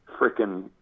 freaking